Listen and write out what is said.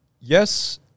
Yes